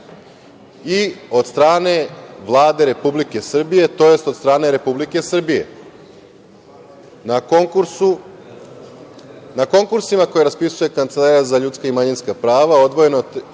i od strane Vlade Republike Srbije, tj. od strane Republike Srbije. Na konkursima koje raspisuje Kancelarija za ljudska i manjinska prava odvojeno